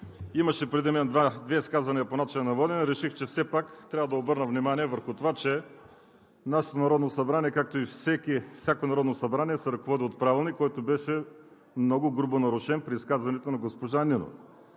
имаше преди мен две изказвания по начина на водене, реших, че все пак трябва да обърна внимание върху това, че нашето Народно събрание, както и всяко Народно събрание, се ръководи от Правилник, който беше много грубо нарушен при изказването на госпожа Нинова.